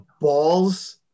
balls